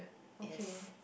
okay